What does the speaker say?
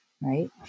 right